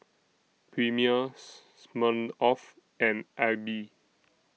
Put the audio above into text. Premier Smirnoff and AIBI